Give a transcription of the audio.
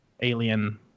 Alien